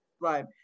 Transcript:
right